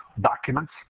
documents